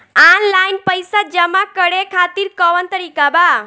Online पइसा जमा करे खातिर कवन तरीका बा?